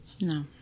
No